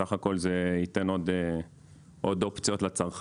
בסך הכול זה ייתן עוד אופציות לצרכן,